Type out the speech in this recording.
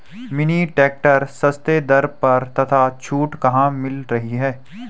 Mini tractor सस्ते दर पर तथा छूट कहाँ मिल रही है?